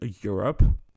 Europe